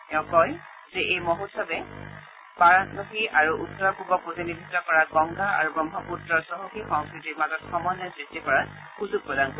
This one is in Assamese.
তেওঁ কয় যে এই মহোৎসৱে বাৰাণসী আৰু উত্তৰ পূবক প্ৰতিনিধিত্ব কৰা গংগা আৰু ব্ৰহ্মপুত্ৰৰ চহকী সংস্কৃতিৰ মাজত সমন্বয় সৃষ্টি কৰাৰ সুযোগ প্ৰদান কৰিব